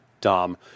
Dom